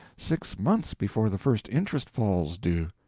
six months before the first interest falls due.